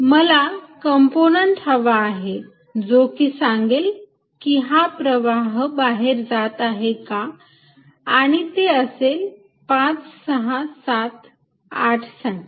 मला कंपोनंट हवा आहे जो की सांगेल की हा प्रवाह बाहेर जात आहे का आणि ते असेल 5 6 7 8 साठी